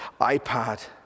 iPad